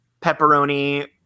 pepperoni